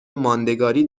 ماندگاری